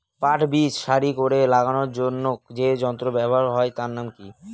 পাট বীজ সারি করে লাগানোর জন্য যে যন্ত্র ব্যবহার হয় তার নাম কি?